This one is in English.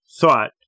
thought